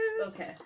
Okay